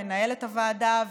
מנהלת הוועדה,